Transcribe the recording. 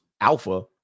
alpha